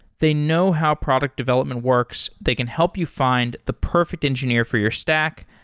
they know how product development works. they can help you find the perfect engineer for your stack,